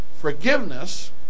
Forgiveness